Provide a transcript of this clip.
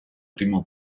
primo